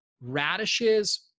radishes